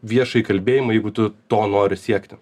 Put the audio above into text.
viešąjį kalbėjimą jeigu tu to nori siekti